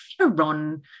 Ron